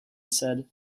said